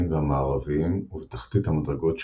והמערביים ובתחתית המדרגות שבצפונו.